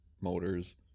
motors